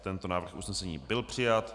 Tento návrh usnesení byl přijat.